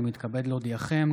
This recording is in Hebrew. אני מתכבד להודיעכם,